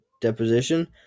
deposition